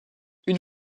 une